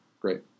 great